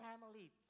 family